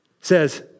says